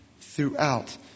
throughout